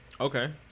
Okay